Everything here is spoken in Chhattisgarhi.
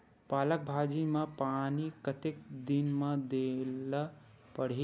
पालक भाजी म पानी कतेक दिन म देला पढ़ही?